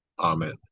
amen